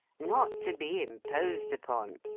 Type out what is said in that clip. not to be imposed upon.